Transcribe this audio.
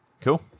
Cool